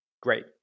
Great